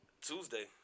Tuesday